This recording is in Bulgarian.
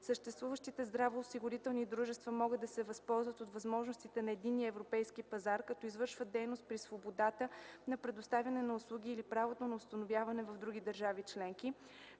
съществуващите здравноосигурителни дружества могат да се възползват от възможностите на единния европейски пазар, като извършват дейност при свободата на предоставяне на услуги или правото на установяване в други държави членки;